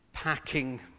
Packing